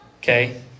Okay